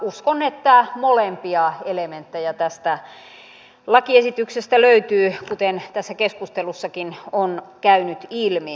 uskon että molempia elementtejä tästä lakiesityksestä löytyy kuten tässä keskustelussakin on käynyt ilmi